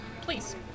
Please